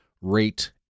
rate